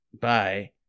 Bye